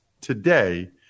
today